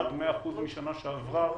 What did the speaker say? עד 100% משנה שעברה,